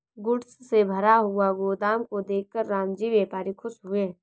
goods से भरा हुआ गोदाम को देखकर रामजी व्यापारी खुश हुए